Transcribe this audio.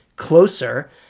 closer